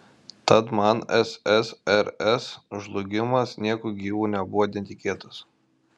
tad man ssrs žlugimas nieku gyvu nebuvo netikėtas